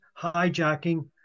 hijacking